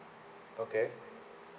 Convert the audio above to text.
okay